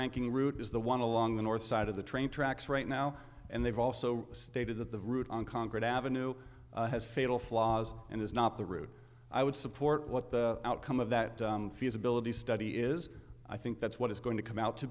ranking route is the one along the north side of the train tracks right now and they've also stated that the route on concord avenue has fatal flaws and is not the route i would support what the outcome of that feasibility study is i think that's what is going to come out to